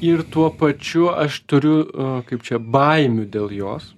ir tuo pačiu aš turiu a kaip čia baimių dėl jos